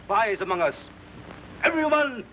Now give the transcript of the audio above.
spies among us everyone